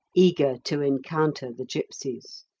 eager to encounter the gipsies.